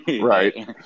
Right